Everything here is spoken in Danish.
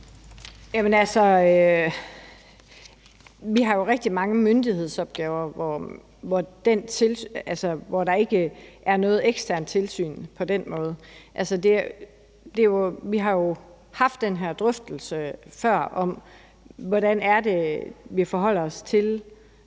rigtig mange myndighedsopgaver, hvor der ikke er noget eksternt tilsyn på den måde. Vi har jo haft den her drøftelse før om, hvordan det er, vi forholder os i